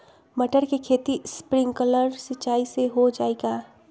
मटर के खेती स्प्रिंकलर सिंचाई से हो जाई का?